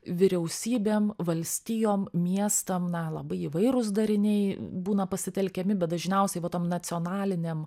vyriausybėm valstijom miestam na labai įvairūs dariniai būna pasitelkiami bet dažniausiai va tom nacionalinėm